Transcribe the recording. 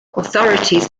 authorities